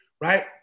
right